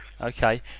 Okay